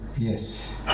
Yes